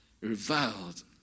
reviled